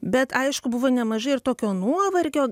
bet aišku buvo nemažai ir tokio nuovargio